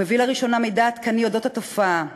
הוא מביא לראשונה מידע עדכני על התופעה.